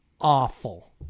awful